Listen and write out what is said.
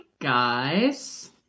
guys